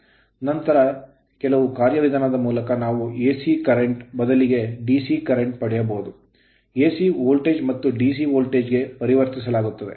ನಂತರ ಕೆಲವು ಕಾರ್ಯವಿಧಾನದ ಮೂಲಕ ನಾವು AC current ಕರೆಂಟ್ ಬದಲಿಗೆ DC current ಕರೆಂಟ್ ಪಡೆಯಬಹುದು ಅಥವಾ AC ವೋಲ್ಟೇಜ್ ಮತ್ತು ಡಿಸಿ ವೋಲ್ಟೇಜ್ ಗೆ ಪರಿವರ್ತಿಸಲಾಗುತ್ತದೆ